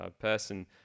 person